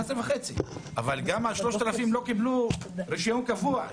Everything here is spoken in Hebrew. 11.5, אבל גם 3,000 לא קיבלו רישיון קבוע.